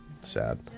sad